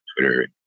Twitter